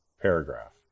paragraph